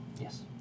Yes